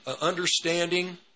understanding